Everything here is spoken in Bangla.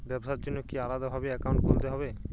ব্যাবসার জন্য কি আলাদা ভাবে অ্যাকাউন্ট খুলতে হবে?